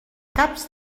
caps